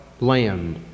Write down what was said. land